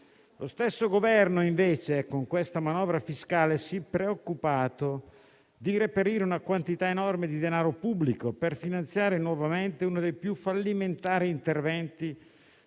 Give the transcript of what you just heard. Lo stesso Governo, invece, con questa manovra fiscale si è preoccupato di reperire una quantità enorme di denaro pubblico per finanziare nuovamente uno dei più fallimentari interventi